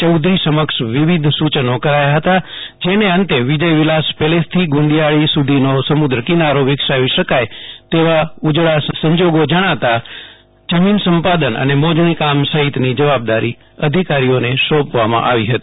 ચૌધરી સમક્ષ વિવિધ સુ યનો કરાયા હતા જેને અંતે વિજય વિલાસ પેલેસથી ગુંદિયાળી સુધીનો સમુદ્ર કિનારો વિકસાવી શકાય તેવા ઉજળા સંજોગો જણાતા જમીન સંપાદન અને મોજણી કામ સહિતની જવબાદારી અધિકારીઓને સોંપવામાં આવી હતી